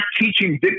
teaching